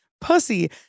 pussy